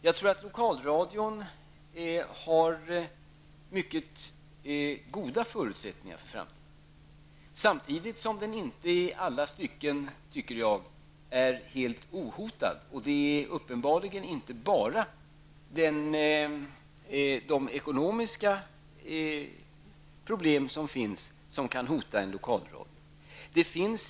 Jag tror att lokalradion har mycket goda förutsättningar vad avser framtiden, samtidigt som den inte i alla stycken, tycker jag, är så att säga helt ohotad. Uppenbarligen är det inte bara ekonomiska problem som kan hota en lokalradio.